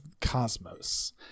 cosmos